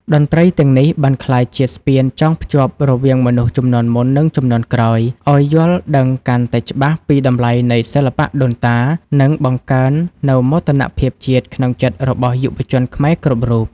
តន្ត្រីទាំងនេះបានក្លាយជាស្ពានចងភ្ជាប់រវាងមនុស្សជំនាន់មុន និងជំនាន់ក្រោយ ឱ្យយល់ដឹងកាន់តែច្បាស់ពីតម្លៃនៃសិល្បៈដូនតា និងបង្កើននូវមោទនភាពជាតិនៅក្នុងចិត្តរបស់យុវជនខ្មែរគ្រប់រូប។